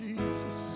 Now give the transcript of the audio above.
Jesus